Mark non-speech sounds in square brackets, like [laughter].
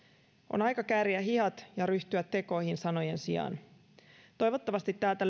on aika kääriä hihat ja ryhtyä tekoihin sanojen sijaan toivottavasti täältä [unintelligible]